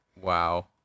Wow